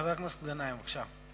חבר הכנסת מסעוד גנאים, בבקשה.